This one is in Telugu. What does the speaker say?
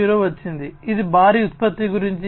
0 వచ్చింది ఇది భారీ ఉత్పత్తి గురించి